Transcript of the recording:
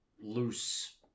loose